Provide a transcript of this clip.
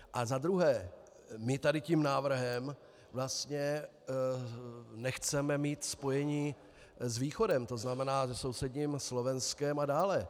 A za druhé, my tady tím návrhem vlastně nechceme mít spojení s východem, tzn. se sousedním Slovenskem a dále.